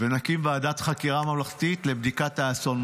ונקים ועדת חקירה ממלכתית לבדיקת האסון.